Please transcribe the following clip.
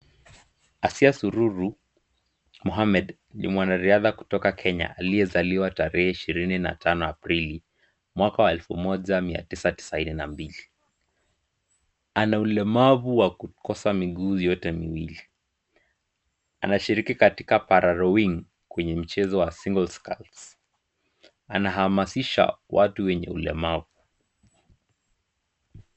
Asiya Sururu Mohammed ni mwanariadha kutoka Kenya aliyezaliwa tarehe 25 Aprili mwaka wa 1992. Ana ulemavu wa kukosa miguu yote miwili. Anashiriki katika Pararowing kwenye mchezo wa singles sculls. Anahamasisha watu wenye ulemavu.